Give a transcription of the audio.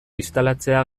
instalatzea